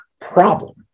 problem